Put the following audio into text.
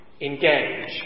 engage